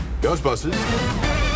Ghostbusters